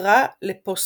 עקרה לפוסטאט.